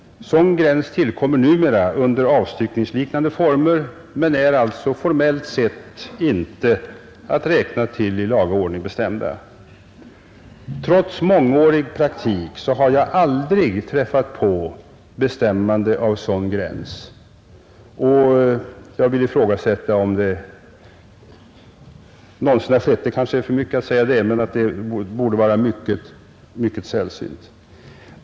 Sådan gräns tillkommer numera under avstyckningsliknande former men är formellt sett inte att räkna till i laga ordning bestämda. Trots mångårig praktik har jag aldrig träffat på bestämmande av sådan gräns, och jag vill ifrågasätta om det någonsin har förekommit. Det kanske är för mycket att säga det, men det torde vara mycket sällsynt.